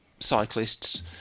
cyclists